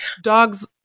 dogs